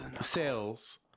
sales